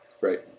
Right